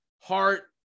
heart